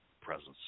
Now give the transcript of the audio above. presence